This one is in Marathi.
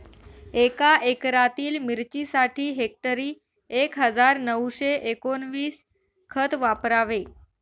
एका एकरातील मिरचीसाठी हेक्टरी एक हजार नऊशे एकोणवीस खत वापरावे